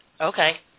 Okay